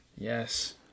Yes